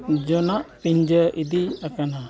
ᱡᱚᱱᱚᱜ ᱯᱤᱡᱽᱡᱟᱹ ᱤᱫᱤ ᱟᱠᱟᱱᱟ